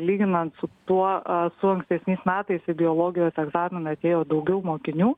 lyginant su tuo su ankstesniais metais į biologijos egzaminą atėjo daugiau mokinių